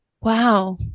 Wow